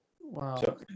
Wow